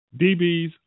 DBs